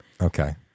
Okay